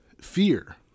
fear